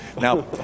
Now